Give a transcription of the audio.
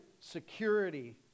security